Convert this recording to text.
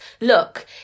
look